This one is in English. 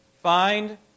find